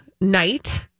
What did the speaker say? night